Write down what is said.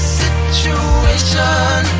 situation